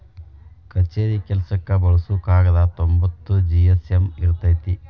ಕಛೇರಿ ಕೆಲಸಕ್ಕ ಬಳಸು ಕಾಗದಾ ತೊಂಬತ್ತ ಜಿ.ಎಸ್.ಎಮ್ ಇರತತಿ